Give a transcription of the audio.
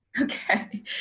Okay